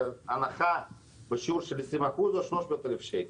הנחה בשיעור של 20% או 300,000 שקל.